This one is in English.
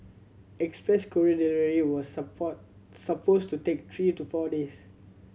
express courier delivery was supposed to take three to four days